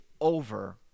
over